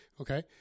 okay